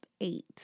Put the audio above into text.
eight